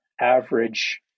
average